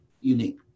unique